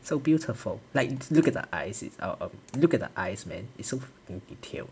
so beautiful like look at the eyes it's I'll I'll look at the eyes man it's so detailed